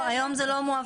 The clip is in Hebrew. לא, היום זה לא מועבר.